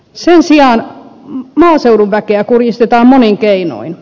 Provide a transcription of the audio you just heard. sen sijaan maaseudun väkeä kurjistetaan monin keinoin